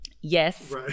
Yes